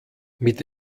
mit